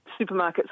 supermarkets